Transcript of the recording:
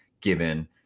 given